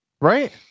Right